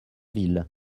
ville